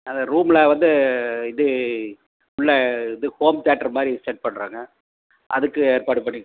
அதை ரூமில் வந்து இது உள்ள இது ஹோம் தியேட்டர் மாதிரி செட் பண்ணுறோங்க அதுக்கு ஏற்பாடு பண்ணி